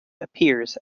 appears